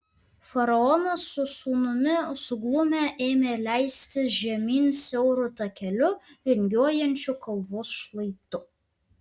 faraonas su sūnumi suglumę ėmė leistis žemyn siauru takeliu vingiuojančiu kalvos šlaitu